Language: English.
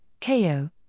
KO